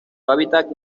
hábitat